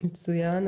מצוין.